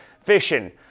fishing